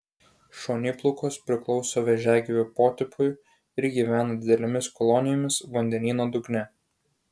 šoniplaukos priklauso vėžiagyvių potipiui ir gyvena didelėmis kolonijomis vandenyno dugne